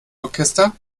orchester